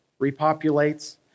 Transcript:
repopulates